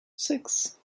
six